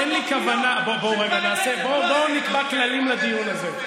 בואו נקבע כללים לדיון הזה.